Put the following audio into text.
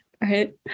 right